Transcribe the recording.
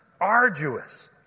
arduous